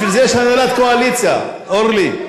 בשביל זה יש הנהלת קואליציה, אורלי.